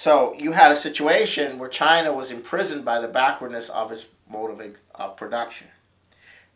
so you had a situation where china was imprisoned by the backwardness obvious motive of production